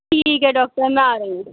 ٹھیک ہے ڈاکٹر میں آ رہی ہوں